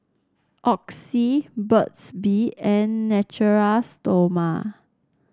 Oxy Burt's Bee and Natura Stoma